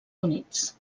units